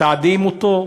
מתעדים אותו,